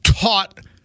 taught